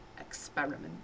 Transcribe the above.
experiment